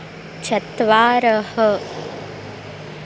चत्वारः